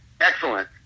excellent